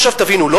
עכשיו תבינו, לא